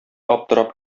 аптырап